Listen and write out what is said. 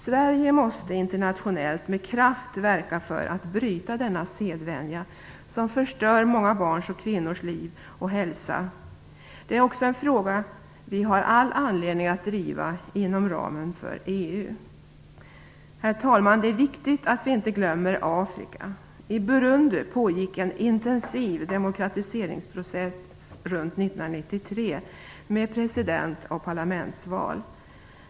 Sverige måste internationellt med kraft verka för att bryta denna sedvänja som förstör många barns och kvinnors liv och hälsa. Det är också en fråga vi har all anledning att driva inom ramen för EU. Herr talman! Det är viktigt att vi inte glömmer Afrika. I Burundi pågick en intensiv demokratiseringsprocess runt 1993 med president och parlamentsval.